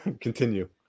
Continue